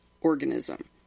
organism